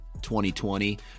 2020